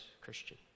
Christian